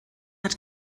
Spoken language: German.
hat